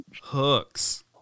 Hooks